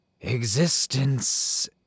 Existence